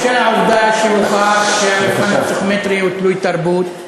בשל העובדה שהוכח שהמבחן הפסיכומטרי הוא תלוי-תרבות,